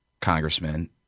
congressman